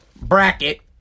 bracket